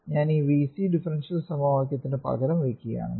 ഞാൻ ഈ VC differential സമവാക്യത്തിന് പകരം വയ്ക്കുകയാണെങ്കിൽ